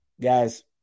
Guys